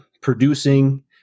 producing